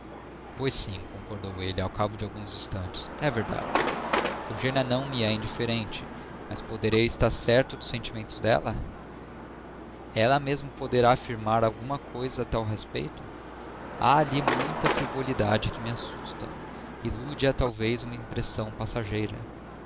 pois sim concordou ele ao cabo de alguns instantes é verdade eugênia não me é indiferente mas poderei estar certo dos sentimentos dela ela mesma poderá afirmar alguma coisa a tal respeito há ali muita frivolidade que me assusta ilude a talvez uma impressão passageira